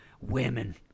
Women